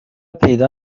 پیدا